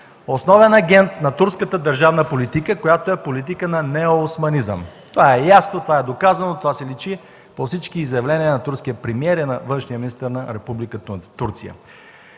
основен агент на турската държавна политика, която е политика на неосманизъм. Това е ясно, това е доказано, това си личи по всички изявления на турския премиер и на външния